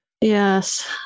Yes